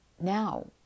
Now